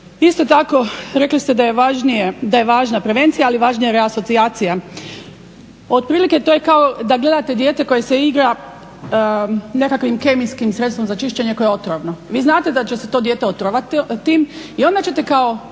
Isto tako, rekli ste da je važna prevencija ali važnija je reasocijacija. Otprilike, to je kao da gledate dijete koje se igra nekakvim kemijskim sredstvom koje je otrovno. Vi znate da će se to dijete otrovati tim i onda ćete kao